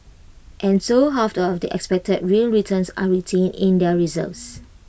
and so half of the expected real returns are retained in the reserves